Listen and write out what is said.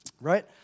right